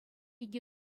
икӗ